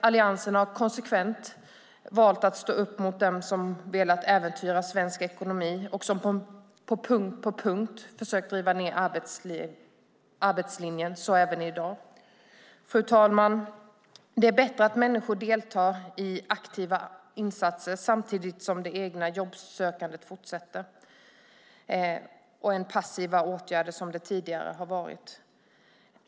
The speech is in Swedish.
Alliansen har konsekvent valt att stå upp mot den som har velat äventyra svensk ekonomi och som på punkt efter punkt har försökt riva ned arbetslinjen - så även i dag. Fru talman! Det är bättre att människor deltar i aktiva insatser samtidigt som det egna jobbsökandet fortsätter än att det är passiva åtgärder, som det har varit tidigare.